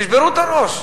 תשברו את הראש.